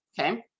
okay